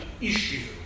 issue